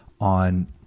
on